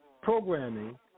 programming